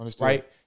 right